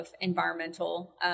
environmental